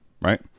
right